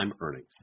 earnings